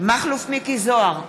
מכלוף מיקי זוהר,